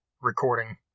recording